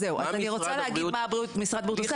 מה משרד הבריאות?